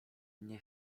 nie